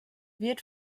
wird